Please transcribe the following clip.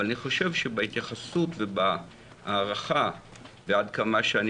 אבל אני חושב שבהתייחסות ובהערכה ועד כמה שאני